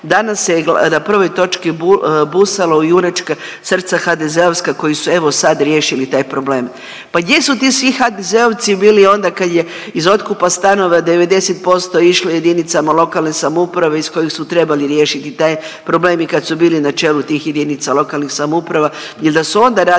danas se na prvoj točki busalo u junačka srca HDZ-ovska koja su evo, sad riješili taj problem. Pa gdje su ti svi HDZ-ovci bili onda kad je iz otkupa stanova 90% išlo jedinicama lokalne samouprave iz kojih su trebali riješiti taj problem i kad su bili na čelu tih jedinica lokalne samouprave jer da su onda radili